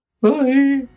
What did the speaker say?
Bye